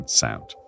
sound